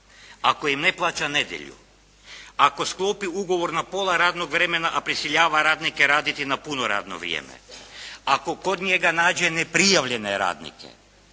ako im ne plaća nedjelju, ako sklopi ugovor na pola radnog vremena, a prisiljava radnike raditi na puno radno vrijeme. Ako kog njega nađe neprijavljene radnike,